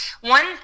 one